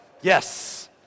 Yes